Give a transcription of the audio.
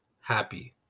happy